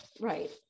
Right